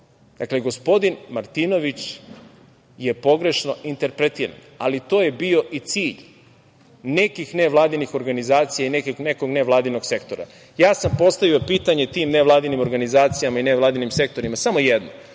kodeks. Dakle, gospodin Martinović je pogrešno interpretiran, ali to je bio i cilj nekih nevladinih organizacija i nekog nevladinog sektora. Ja sam postavio pitanje tim nevladinim organizacijama i nevladinim sektorima, samo jedno,